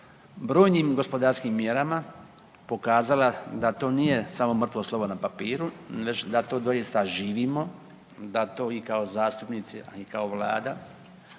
brojnim gospodarskim mjerama pokazala da to nije samo mrtvo slovo na papiru, već da to doista i živimo, da to i kao zastupnici, a i kao Vlada